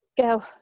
Go